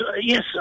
yes